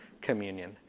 communion